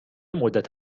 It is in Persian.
مدت